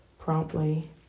promptly